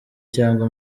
cyangwa